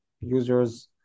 users